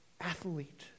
athlete